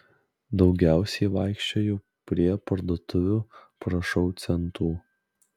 daugiausiai vaikščioju prie parduotuvių prašau centų